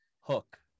Hook